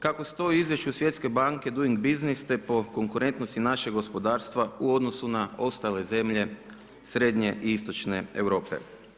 Kako stoji u Izvješću Svjetske banke doing bussines, te po konkurentnosti našeg gospodarstva u odnosu na ostale zemlje srednje i istočne Europe.